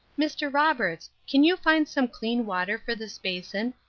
mr. roberts, can you find some clean water for this basin,